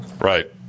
Right